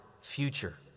future